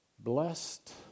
Blessed